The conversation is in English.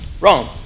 Wrong